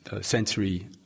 sensory